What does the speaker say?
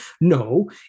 No